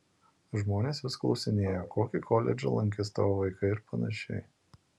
žmonės vis klausinėja kokį koledžą lankys tavo vaikai ir panašiai